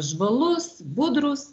žvalus budrūs